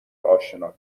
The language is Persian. آشنا